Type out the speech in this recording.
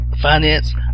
finance